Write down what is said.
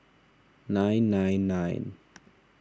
nine nine nine